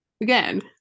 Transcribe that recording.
Again